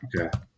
Okay